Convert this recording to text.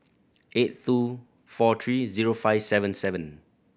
eight two four three zero five seven seven